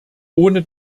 ohne